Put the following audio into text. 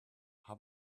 how